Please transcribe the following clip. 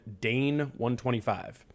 DANE125